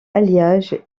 alliage